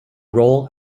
roll